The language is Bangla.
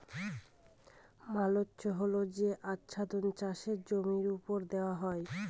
মালচ্য হল যে আচ্ছাদন চাষের জমির ওপর দেওয়া হয়